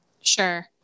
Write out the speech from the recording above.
Sure